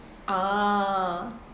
ah